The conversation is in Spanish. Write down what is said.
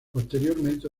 posteriormente